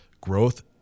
Growth